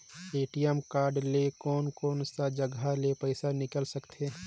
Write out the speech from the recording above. ATM card ले कोन कोन सा जगह ले पइसा निकाल सकथे?